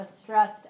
stressed